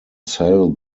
sell